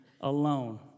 alone